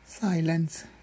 Silence